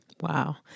Wow